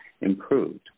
improved